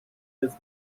his